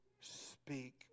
speak